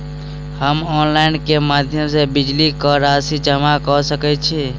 हम ऑनलाइन केँ माध्यम सँ बिजली कऽ राशि जमा कऽ सकैत छी?